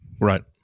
Right